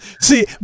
See